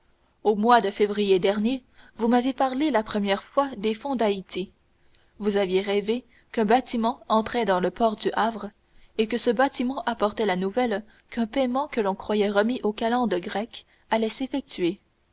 au mois de février dernier vous m'avez parlé la première des fonds d'haïti vous aviez rêvé qu'un bâtiment entrait dans le port du havre et que ce bâtiment apportait la nouvelle qu'un paiement que l'on croyait remis aux calendes grecques allait s'effectuer je